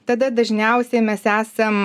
tada dažniausiai mes esam